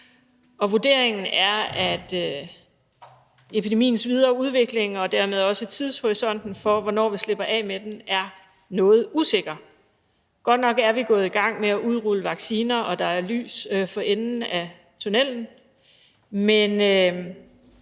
vurderingen er, at epidemiens videre udvikling og dermed også tidshorisonten for, hvornår vi slipper af med den, er noget usikker. Godt nok er vi gået i gang med at udrulle vacciner, og der er lys for enden af tunnellen,